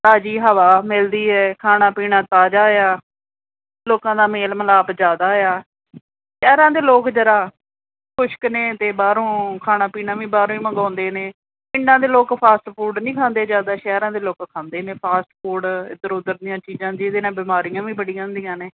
ਤਾਜ਼ੀ ਹਵਾ ਮਿਲਦੀ ਹੈ ਖਾਣਾ ਪੀਣਾ ਤਾਜ਼ਾ ਆ ਲੋਕਾਂ ਦਾ ਮੇਲ ਮਿਲਾਪ ਜ਼ਿਆਦਾ ਆ ਸ਼ਹਿਰਾਂ ਦੇ ਲੋਕ ਜ਼ਰਾ ਖੁਸ਼ਕ ਨੇ ਅਤੇ ਬਾਹਰੋਂ ਖਾਣਾ ਪੀਣਾ ਵੀ ਬਾਹਰੋਂ ਹੀ ਮੰਗਾਉਂਦੇ ਨੇ ਪਿੰਡਾਂ ਦੇ ਲੋਕ ਫਾਸਟਫੂਡ ਨਹੀਂ ਖਾਂਦੇ ਜ਼ਿਆਦਾ ਸ਼ਹਿਰਾਂ ਦੇ ਲੋਕ ਖਾਂਦੇ ਨੇ ਫਾਸਟਫੂਡ ਇੱਧਰ ਉੱਧਰ ਦੀਆਂ ਚੀਜ਼ਾਂ ਜਿਹਦੇ ਨਾਲ ਬਿਮਾਰੀਆਂ ਵੀ ਬੜੀਆਂ ਹੁੰਦੀਆਂ ਨੇ